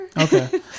Okay